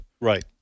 right